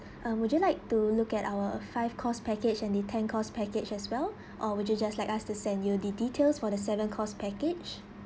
uh would you like to look at our five course package and the ten course package as well or would you just like us to send you the details for the seven course package